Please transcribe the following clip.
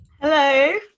Hello